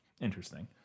Interesting